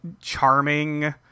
charming